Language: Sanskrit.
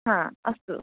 हा अस्तु